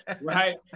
Right